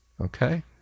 Okay